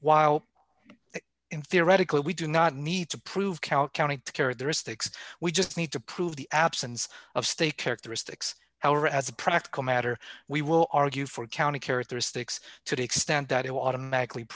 while in theoretically we do not need to prove cow county characteristics we just need to prove the absence of state characteristics our as a practical matter we will argue for county characteristics to the extent that it will automatically